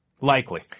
Likely